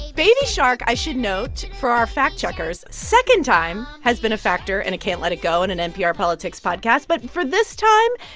baby shark, i should note for our fact-checkers second time has been a factor in a can't let it go in an npr politics podcast. but for this time,